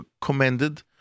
commended